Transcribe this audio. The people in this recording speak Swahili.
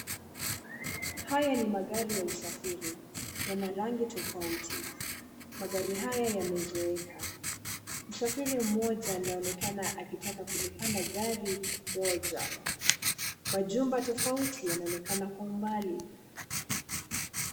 Haya ni magari ya usafiri. Yana rangi tofauti. Magari haya yamezeeka. Msafiri mmoja anaonekana akitaka kulipanda gari moja. Majumba tofauti yanaonekana kwa umbali.